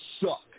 suck